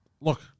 Look